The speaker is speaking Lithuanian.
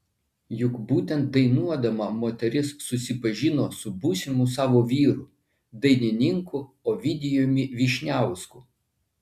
juk būtent dainuodama moteris susipažino su būsimu savo vyru dainininku ovidijumi vyšniausku